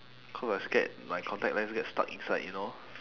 cause I scared my contact lens get stuck inside you know